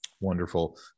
Wonderful